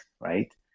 right